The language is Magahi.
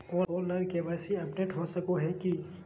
ऑनलाइन के.वाई.सी अपडेट हो सको है की?